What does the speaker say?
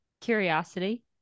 curiosity